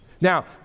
Now